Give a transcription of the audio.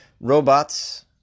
Robots